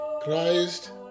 Christ